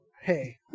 Hey